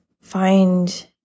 find